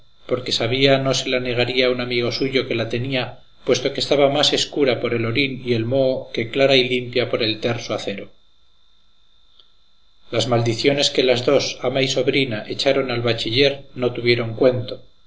porque sabía no se la negaría un amigo suyo que la tenía puesto que estaba más escura por el orín y el moho que clara y limpia por el terso acero las maldiciones que las dos ama y sobrina echaron al bachiller no tuvieron cuento